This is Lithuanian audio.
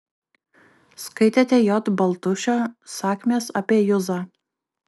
skaitėte j baltušio sakmės apie juzą